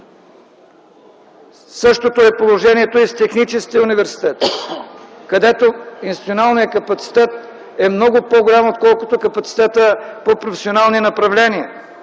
Същото е положението и с Техническия университет, където институционалният капацитет е много по голям, отколкото капацитетът по професионални направления,